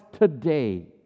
today